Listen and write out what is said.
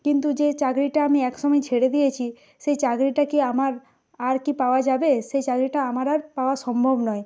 কিন্তু যে চাকরিটা আমি এক সময় ছেড়ে দিয়েছি সেই চাকরিটা কি আমার আর কি পাওয়া যাবে সেই চাকরিটা আমার আর পাওয়া সম্ভব নয়